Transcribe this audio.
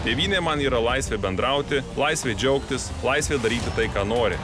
tėvynė man yra laisvė bendrauti laisvė džiaugtis laisvė daryti tai ką nori